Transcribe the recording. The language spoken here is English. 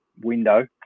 window